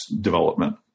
development